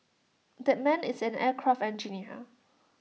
that man is an aircraft engineer